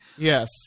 Yes